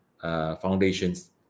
Foundations